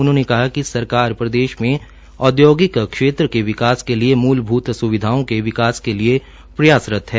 उन्होंने कहा कि सरकार प्रदेश में औदयोगिक क्षेत्र के विकास के लिए मुलभुत सुविधाओं के विकास के लिए प्रयासरत है